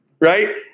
right